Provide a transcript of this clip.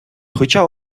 хоча